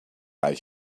eyes